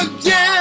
again